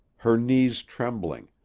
her knees trembling,